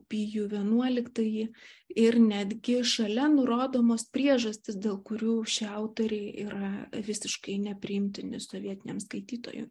pijų vienuoliktąjį ir netgi šalia nurodomos priežastys dėl kurių šie autoriai yra visiškai nepriimtini sovietiniam skaitytojui